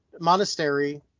monastery